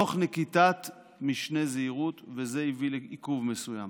תוך נקיטת משנה זהירות, וזה הביא לעיכוב מסוים.